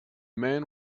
man